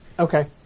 Okay